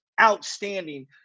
outstanding